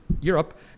Europe